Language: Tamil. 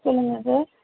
சொல்லுங்கள் சார்